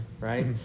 Right